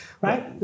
Right